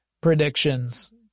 predictions